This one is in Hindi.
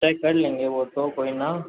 चेक कर लेंगे वो तो कोई न